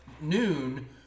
noon